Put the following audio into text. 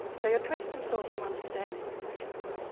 they address themselves to understanding the passions,